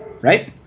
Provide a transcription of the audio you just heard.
Right